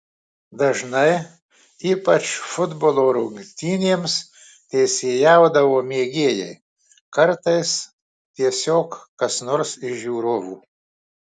dažnai ypač futbolo rungtynėms teisėjaudavo mėgėjai kartais tiesiog kas nors iš žiūrovų